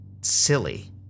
silly